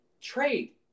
trade